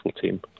team